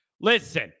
Listen